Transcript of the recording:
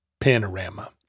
panorama